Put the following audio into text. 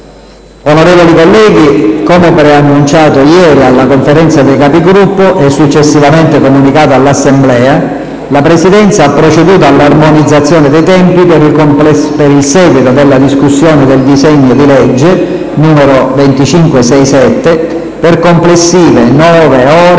Onorevoli colleghi, come preannunciato ieri alla Conferenza dei Capigruppo e successivamente comunicato all'Assemblea, la Presidenza ha proceduto all'armonizzazione dei tempi per il seguito della discussione del disegno di legge n. 2567 per complessive nove ore